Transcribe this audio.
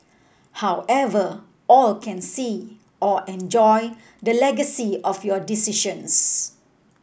however all can see or enjoy the legacy of your decisions